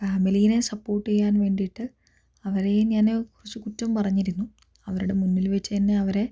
ഫാമിലീനെ support ചെയ്യാൻ വേണ്ടിയിട്ട് അവരെയും ഞാൻ കുറച്ച് കുറ്റം പറഞ്ഞിരുന്നു അവരുടെ മുന്നിൽ വച്ച് തന്നെ അവരെ